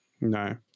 No